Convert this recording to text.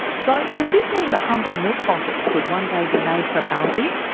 so, does this mean the humble milk bottle could one day be made from algae?